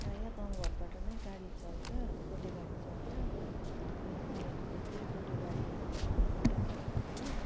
प्रायः गाउँ घरबाट नै गाडी चल्छ गोटे गाडी चल्छ अनि उनीहरूले त्यही गोटे गाडीबाट नै उनीहरूको